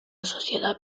sociedad